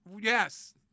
Yes